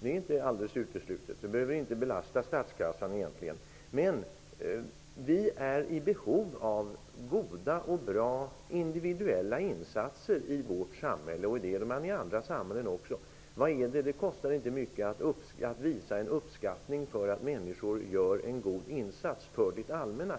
Det är inte alldeles uteslutet. Det behöver egentligen inte belasta statskassan. Vi är i behov av goda individuella insatser i vårt samhälle, och det är man i andra samhällen också. Det kostar inte mycket att visa uppskattning för att människor på ett eller annat sätt gör en god insats för det allmänna.